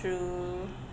true